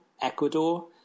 Ecuador